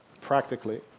practically